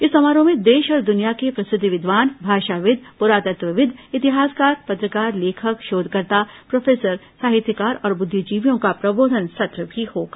इस समारोह में देश और दुनिया के प्रसिद्ध विद्वान भाषाविद प्ररातत्वविद इतिहासकार पत्रकार लेखक शोधकर्ता प्रोफेसर साहित्यकार और बुद्विजीवियों का प्रबोधन सत्र भी होगा